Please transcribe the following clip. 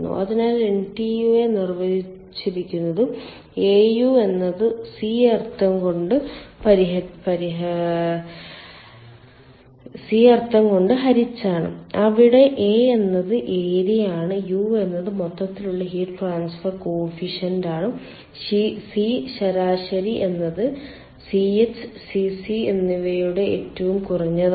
അതിനാൽ NTU യെ നിർവചിച്ചിരിക്കുന്നത് AU എന്നത് സി അർത്ഥം കൊണ്ട് ഹരിച്ചാണ് അവിടെ A എന്നത് ഏരിയയാണ് U എന്നത് മൊത്തത്തിലുള്ള ഹീറ്റ് ട്രാൻസ്ഫർ കോഫിഫിഷ്യന്റ് ആണ് C ശരാശരി എന്നത് Ch Cc എന്നിവയുടെ ഏറ്റവും കുറഞ്ഞതാണ്